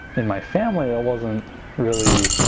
in my family that wasn't really,